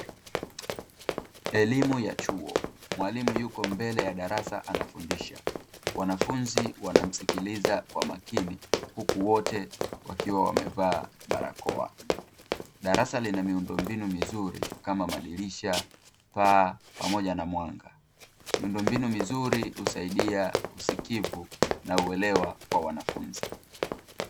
Elimu ya chuo. Mwalimu yuko mbele ya darasa anafundisha. Wanafunzi wanamsikiliza kwa makini huku wote wakiwa wamevaa barakoa. Darasa lina miundomibinu mizuri kama madirisha, paa pamoja na mwanga. Miundombinu mizuri husaidia usikivu na uelewa kwa wanafunzi.